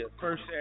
First